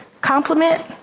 compliment